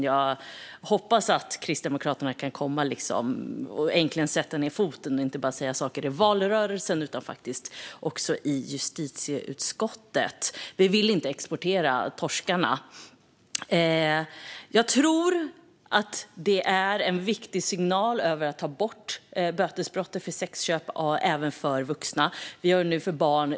Jag hoppas att Kristdemokraterna äntligen kan sätta ned foten och säga saker inte bara i valrörelsen utan också i justitieutskottet. Vi vill inte exportera torskarna. Jag tror att det är en viktig signal att ta bort bötesbrottet för sexköp även av vuxna. Vi gör det nu för barn.